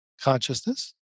consciousness